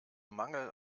mangel